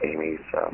Amy's